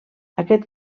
aquest